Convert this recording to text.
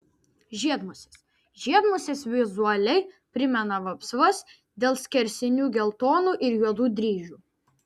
žiedmusės žiedmusės vizualiai primena vapsvas dėl skersinių geltonų ir juodų dryžių